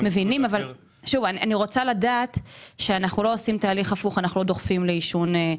אני רוצה לדעת שאנחנו לא עושים תהליך הפוך ודוחפים לעישון.